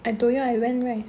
I told you I went right